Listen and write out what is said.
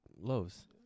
loaves